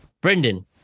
Brendan